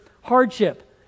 hardship